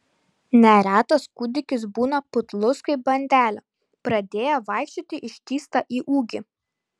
neretas kūdikis būna putlus kaip bandelė pradėję vaikščioti ištįsta į ūgį